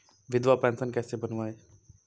विधवा पेंशन कैसे बनवायें?